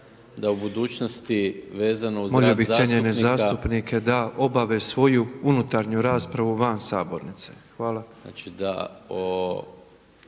da u budućnosti vezano uz rad. **Petrov, Božo (MOST)** Molio bih cijenjene zastupnike da obave svoju unutarnju raspravu van Sabornice. Hvala.